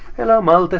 hello, malteser!